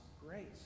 grace